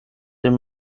dem